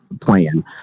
plan